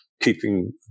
keeping